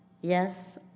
Yes